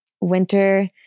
Winter